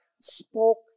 spoke